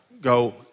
Go